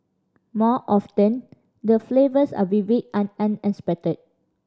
more often the flavours are vivid and unexpected